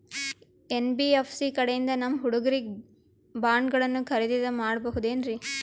NBFC ಕಡೆಯಿಂದ ನಮ್ಮ ಹುಡುಗರಿಗೆ ಬಾಂಡ್ ಗಳನ್ನು ಖರೀದಿದ ಮಾಡಬಹುದೇನ್ರಿ?